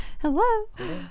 Hello